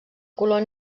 color